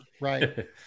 right